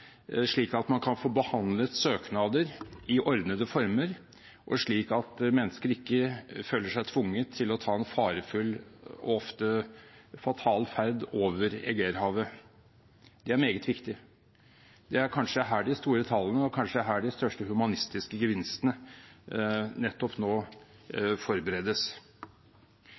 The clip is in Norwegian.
slik at man kan få behandlet søknader i ordnede former, og slik at mennesker ikke føler seg tvunget til å ta en farefull og ofte fatal ferd over Egeerhavet. Det er meget viktig. Det er kanskje her de store tallene og kanskje her de største humanistiske gevinstene nå